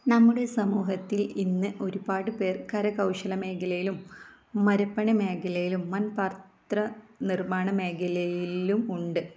നമ്മുടെ സമൂഹത്തിൽ ഇന്ന് ഒരുപാട് പേർ കരകൗശലമേഖലയിലും മരപ്പണിമേഖലയിലും മൺപാത്ര നിർമ്മാണമേഖലയിലും ഉണ്ട്